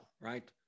right